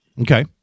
Okay